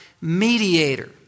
mediator